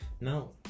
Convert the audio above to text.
Now